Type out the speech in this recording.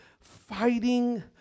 fighting